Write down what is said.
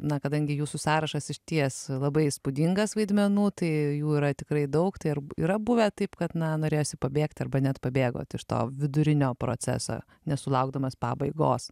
na kadangi jūsų sąrašas išties labai įspūdingas vaidmenų tai jų yra tikrai daug tai ar yra buvę taip kad na norėjosi pabėgti arba net pabėgot iš to vidurinio proceso nesulaukdamas pabaigos